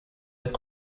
est